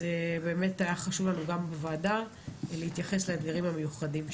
היה חשוב לנו גם בוועדה להתייחס לאתגרים המיוחדים שלכם.